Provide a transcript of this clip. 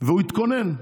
והוא התכונן.